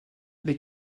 les